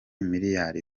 miliyari